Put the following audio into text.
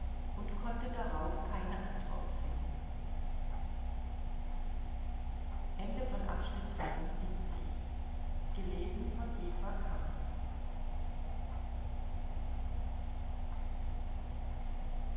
und konnte darauf keine antwort finden